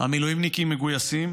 המילואימניקים מגויסים,